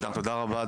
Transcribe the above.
תודה רבה,